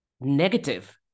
negative